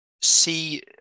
see